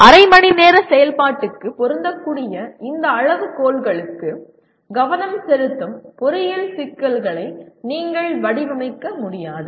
அரை மணி நேர செயல்பாட்டுக்கு பொருந்தக்கூடிய இந்த அளவுகோல்களுக்கு கவனம் செலுத்தும் பொறியியல் சிக்கல்களை நீங்கள் வடிவமைக்க முடியாது